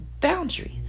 Boundaries